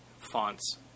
fonts